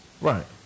Right